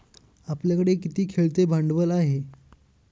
आपल्याकडे किती खेळते भांडवल आहे?